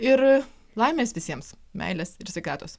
ir laimės visiems meilės ir sveikatos